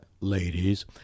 ladies